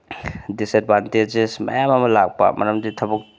disadvantages ꯃꯌꯥꯝ ꯑꯃ ꯂꯥꯛꯄ ꯃꯔꯝꯗꯤ ꯊꯕꯛ